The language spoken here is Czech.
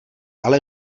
ale